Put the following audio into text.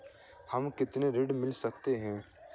हमें कितना ऋण मिल सकता है?